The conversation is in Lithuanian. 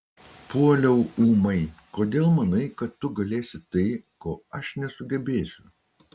puoliau ūmai kodėl manai kad tu galėsi tai ko aš nesugebėsiu